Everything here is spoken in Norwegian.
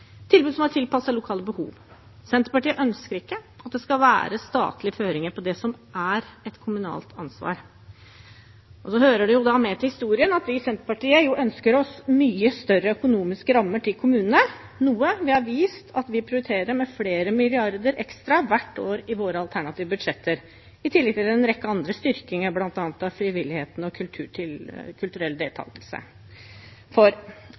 tilbud som er tilpasset lokale behov. Senterpartiet ønsker ikke at det skal være statlige føringer for det som er et kommunalt ansvar. Det hører med til historien at vi i Senterpartiet ønsker oss mye større økonomiske rammer for kommunene, noe vi har vist at vi prioriterer, med flere milliarder kroner ekstra hvert år i våre alternative budsjetter – i tillegg til en rekke andre styrkinger, bl.a. av frivilligheten og kulturell